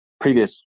previous